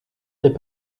n’est